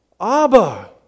Abba